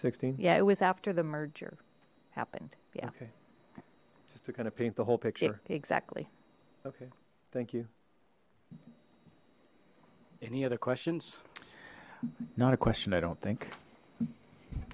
sixteen yeah it was after the merger happened yeah just to kind of paint the whole picture exactly okay thank you any other questions not a question i don't think